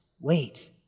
Wait